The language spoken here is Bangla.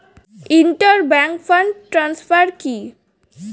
ইন্টার ব্যাংক ফান্ড ট্রান্সফার কি?